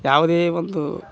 ಯಾವುದೇ ಒಂದು